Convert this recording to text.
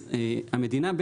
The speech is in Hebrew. המדינה,